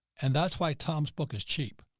and that's why tom's book is cheap